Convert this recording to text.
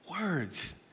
Words